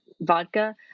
vodka